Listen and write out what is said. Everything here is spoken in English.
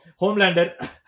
Homelander